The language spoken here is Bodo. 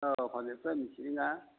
औ हजोंनिफ्राय मिथियोना